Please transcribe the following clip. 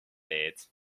teed